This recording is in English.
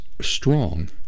strong